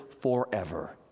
forever